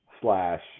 slash